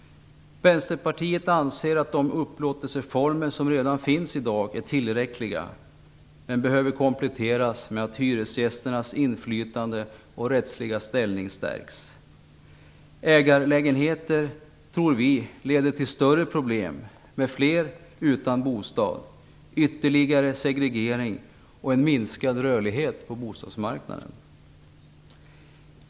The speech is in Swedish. Vänsterpartiet anser att de upplåtelseformer som redan finns i dag är tillräckliga men att de behöver kompletteras med att hyresgästernas inflytande och rättsliga ställning stärks. Vi tror att ägarlägenheter leder till större problem, med fler som är utan bostad, ytterligare segregering och en minskad rörlighet på bostadsmarknaden.